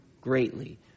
greatly